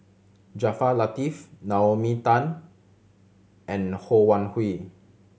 Jaafar Latiff Naomi Tan and Ho Wan Hui